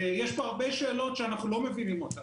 יש פה הרבה שאלות שאנחנו לא מבינים אותן,